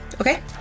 Okay